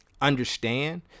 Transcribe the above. understand